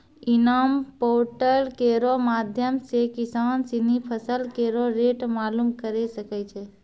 इनाम पोर्टल केरो माध्यम सें किसान सिनी फसल केरो रेट मालूम करे सकै छै